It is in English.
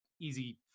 easy